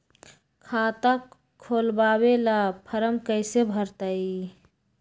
खाता खोलबाबे ला फरम कैसे भरतई?